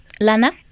Lana